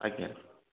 ଆଜ୍ଞା